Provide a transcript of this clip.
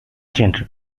gender